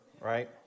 right